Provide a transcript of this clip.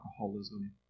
alcoholism